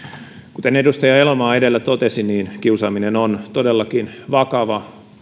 kuten edustaja elomaa edellä totesi kiusaaminen on todellakin vakava